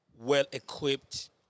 well-equipped